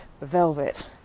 velvet